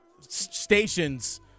stations